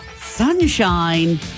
Sunshine